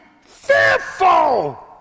fearful